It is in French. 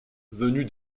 venus